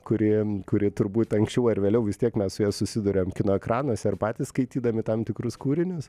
kuri kuri turbūt anksčiau ar vėliau vis tiek mes su ja susiduriam kino ekranuose ar patys skaitydami tam tikrus kūrinius